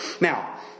Now